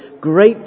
great